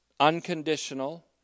Unconditional